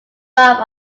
borough